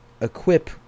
equip